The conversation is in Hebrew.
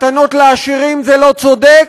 מתנות לעשירים זה לא צודק,